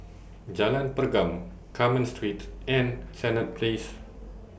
Jalan Pergam Carmen Street and Senett Place